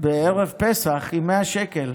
בערב פסח עם 100 שקל,